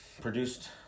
produced